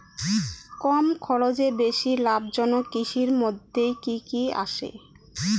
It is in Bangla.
কম খরচে বেশি লাভজনক কৃষির মইধ্যে কি কি আসে?